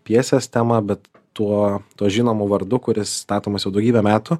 pjesės tema bet tuo tuo žinomu vardu kuris statomas jau daugybę metų